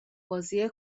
بازی